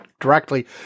directly